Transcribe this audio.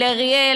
ריאל,